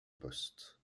poste